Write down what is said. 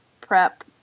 prep